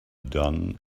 done